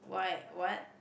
why what